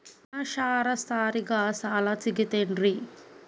ಅನಕ್ಷರಸ್ಥರಿಗ ಸಾಲ ಸಿಗತೈತೇನ್ರಿ?